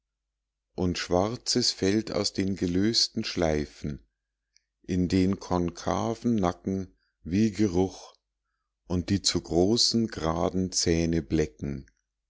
und schwarzes fällt aus den gelösten schleifen in den konkaven nacken wie geruch und die zu großen graden zähne blecken